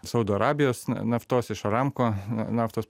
saudo arabijos naftos iš aramko naftos